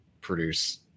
produce